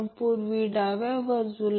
येथे न्यूमरेटर आणि डीनोमिनेटर यांना 8